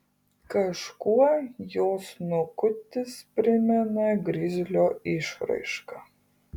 kažkuo jo snukutis primena grizlio išraišką